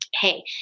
hey